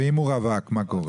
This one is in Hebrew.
אם הוא רווק מה קורה?